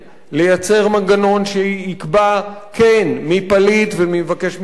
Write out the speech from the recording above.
לייצר מנגנון שיקבע מי כן פליט ומי מבקש מקלט,